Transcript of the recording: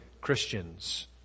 Christians